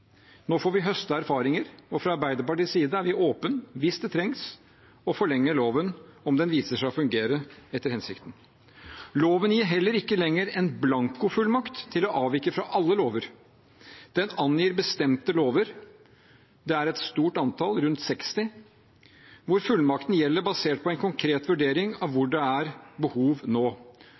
Nå får vi høste erfaringer, og fra Arbeiderpartiets side er vi åpne for, hvis det trengs, å forlenge loven om den viser seg å fungere etter hensikten. Loven gir heller ikke lenger en blankofullmakt til å avvike fra alle lover. Den angir bestemte lover. Det er et stort antall, rundt 60, hvor fullmakten gjelder basert på en konkret vurdering av hvor det er behov nå.